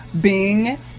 Bing